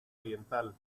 oriental